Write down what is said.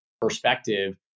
perspective